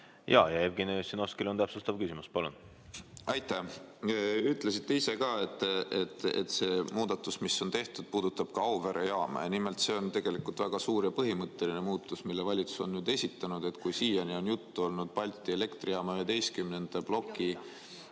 Jevgeni Ossinovskil on täpsustav küsimus. Palun! Te ütlesite ise ka, et see muudatus, mis on tehtud, puudutab ka Auvere jaama. Nimelt, see on tegelikult väga suur ja põhimõtteline muutus, mille valitsus on esitanud. Kui siiani on juttu olnud Balti Elektrijaama 11. ploki